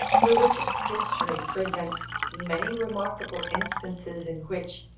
religious history presents many remarkable instances in which,